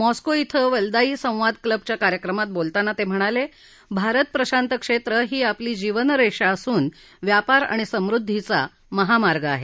Moscow ध्वें Valdai संवाद क्लबच्या कार्यक्रमात बोलताना ते म्हणाले भारत प्रशांत क्षेत्र ही आपली जीवनरेषा असून व्यापार आणि समृद्दीचा महामार्ग आहे